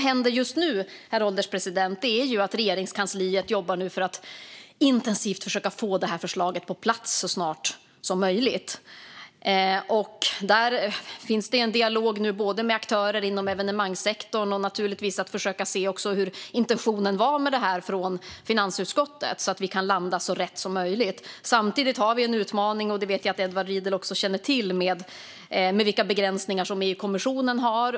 Herr ålderspresident! Regeringskansliet jobbar nu intensivt för att få det här förslaget på plats så snart som möjligt. Det förs nu en dialog med aktörer inom evenemangssektorn. Vi försöker naturligtvis också se vad intentionen var från finansutskottet, så att vi kan landa så rätt som möjligt. Samtidigt har vi en utmaning - det vet jag att Edward Riedl också känner till - med EU-kommissionens begränsningar.